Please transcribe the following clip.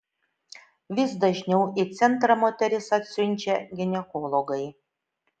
vis dažniau į centrą moteris atsiunčia ginekologai